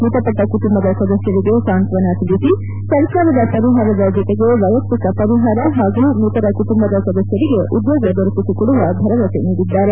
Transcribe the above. ಮೃತಪಟ್ಟ ಕುಟುಂಬದ ಸದಸ್ಥರಿಗೆ ಸಾಂತ್ವನ ತಿಳಿಸಿ ಸರ್ಕಾರದ ಪರಿಹಾರದ ಜತೆಗೆ ವೈಯಕ್ತಿಕ ಪರಿಹಾರ ಹಾಗೂ ಮೃತರ ಕುಟುಂಬದ ಸದಸ್ಥರಿಗೆ ಉದ್ಯೋಗ ದೊರಕಿಸಿಕೊಡುವ ಭರವಸೆ ನೀಡಿದ್ದಾರೆ